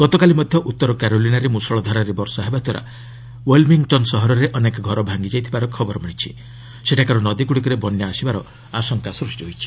ଗତକାଲି ମଧ୍ୟ ଉତ୍ତର କାରୋଲିନାରେ ମୃଷଳଧାରାରେ ବର୍ଷା ହେବାଦ୍ୱାରା ୱିଲମିଙ୍ଗ୍ଟନ୍ ସହରରେ ଅନେକ ଘର ଭାଙ୍ଗି ଯାଇଥିବାର ଖବର ମିଳିଛି ଏବଂ ସେଠାକାର ନଦୀଗୁଡ଼ିକରେ ବନ୍ୟା ଆସିବାର ଆଶଙ୍କା କରାଯାଉଛି